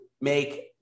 make